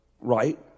right